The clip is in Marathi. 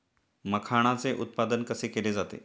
मखाणाचे उत्पादन कसे केले जाते?